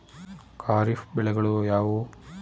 ಖಾರಿಫ್ ಬೆಳೆಗಳು ಯಾವುವು?